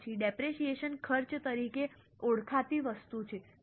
તે પછી ડેપરેશીયેશન ખર્ચ તરીકે ઓળખાતી વસ્તુ છે